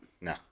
No